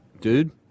Dude